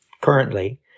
currently